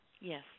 Yes